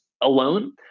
alone